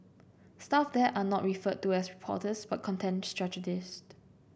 staff there are not referred to as porters but content strategists